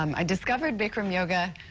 um i discovered bikram yoga,